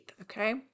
okay